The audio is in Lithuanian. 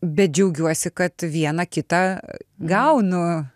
bet džiaugiuosi kad vieną kitą gaunu